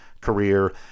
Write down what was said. career